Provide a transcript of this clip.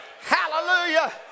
Hallelujah